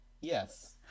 Yes